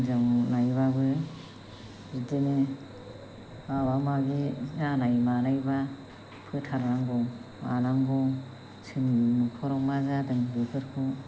जों नायब्लाबो बिदिनो माबा माबि जानाय मानायबा फोथार नांगौ मानांगौ जोंनि न'खराव मा जादों बेफोरखौ